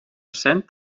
cent